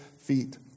feet